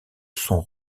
son